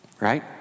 right